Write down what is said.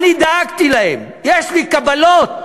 אני דאגתי להם, יש לי קבלות.